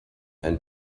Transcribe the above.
and